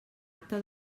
acta